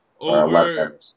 over